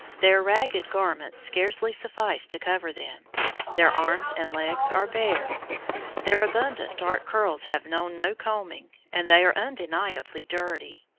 their ragged garments scarcely suffice to cover them their arms and legs are bare their abundant dark curls have known no combing, and they are undeniably dirty.